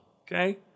okay